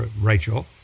Rachel